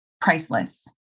priceless